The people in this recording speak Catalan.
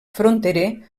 fronterer